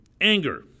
anger